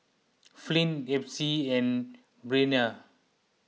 Flint Epsie and Breana